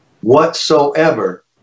whatsoever